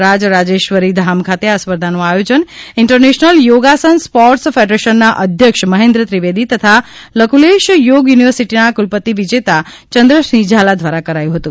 રાજરાજેશ્વરી ધામ ખાતે આ સ્પર્ધાનું આયોજન ઇન્ટરનેશનલ યોગાસન સ્પોર્ટસ ફેડરેશનના અધ્યક્ષ મહેન્દ્ર ત્રિવેદી તથા લકુલેશ યોગ યુનિવર્સીટીના કુલપતિ વિજેતા ચંદ્રસિંહ ઝાલા દ્વારા કરાયું હતું